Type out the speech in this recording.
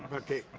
ok,